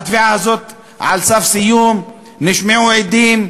התביעה הזאת על סף סיום, נשמעו עדים,